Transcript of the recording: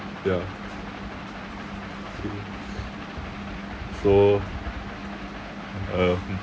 ya okay so um